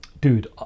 Dude